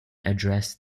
addressed